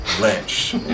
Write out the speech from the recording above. Lynch